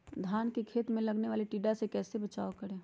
धान के खेत मे लगने वाले टिड्डा से कैसे बचाओ करें?